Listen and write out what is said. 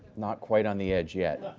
not quite on the edge yet.